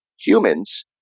humans